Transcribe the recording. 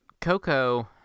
Coco